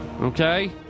Okay